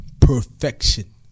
perfection